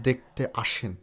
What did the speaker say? দেখতে আসেন